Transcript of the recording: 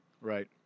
right